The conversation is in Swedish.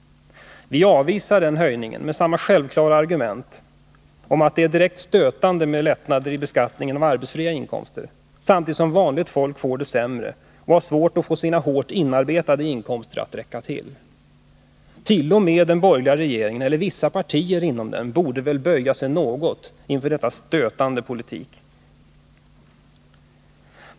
Vi avvisar den höjningen med samma självklara argument — att det är direkt stötande med lättnader i beskattningen av arbetsfria inkomster samtidigt som vanligt folk får det sämre och har svårt att få sina hårt inarbetade inkomster att räcka till. T. o. m. den borgerliga regeringen eller vissa partier inom den borde väl böja sig något inför denna stötande politik.